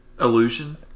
Illusion